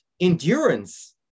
Endurance